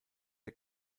der